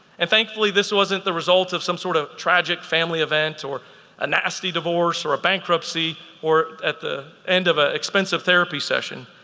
and thankfully this wasn't the result of some sort of tragic family event or a nasty divorce or bankruptcy or at the end of an expensive therapy session.